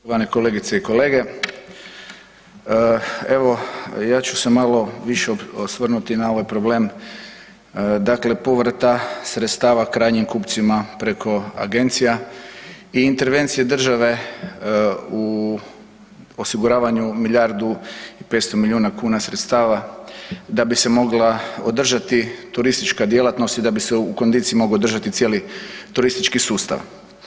kolegice i kolege, evo ja ću se malo više osvrnuti na ovaj problem dakle povrata sredstava krajnjim kupcima preko agencija i intervencije države u osiguravanju milijardu i 500 milijuna kuna sredstava da bi se mogla održati turistička djelatnost i da bi se u kondiciji mogao održati cijeli turistički sustav.